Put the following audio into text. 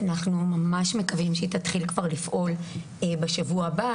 אנחנו ממש מקווים שהיא תתחיל כבר לפעול בשבוע הבא.